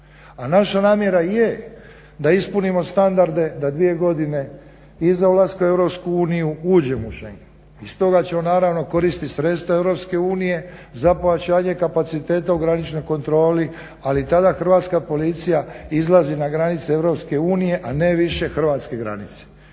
naša namjera je da ispunimo standarde da dvije godine iza ulaska u EU uđemo u šengen. I stoga ćemo naravno koristiti sredstva EU za pojačanje kapaciteta u graničnoj kontroli. Ali tada Hrvatska policija izlazi na granice EU a ne više hrvatske granice.